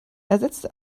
ersetzte